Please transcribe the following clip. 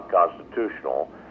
unconstitutional